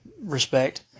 respect